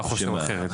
הוא היה חושב אחרת.